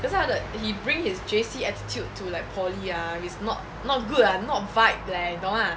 that's why 他的 he bring his J_C attitude to like poly ah it's not not good ah not vibe leh 懂吗